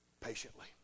patiently